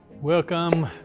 Welcome